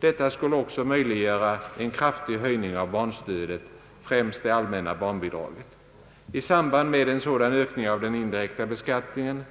Detta skulle också möjliggöra en kraftig höjning av barnstödet, främst det allmänna barnbidraget. I samband med en sådan ökning av den indirekta beskattningen